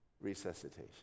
resuscitation